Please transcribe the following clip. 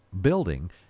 building